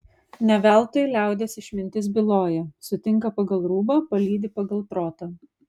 ne veltui liaudies išmintis byloja sutinka pagal rūbą palydi pagal protą